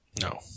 No